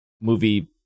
movie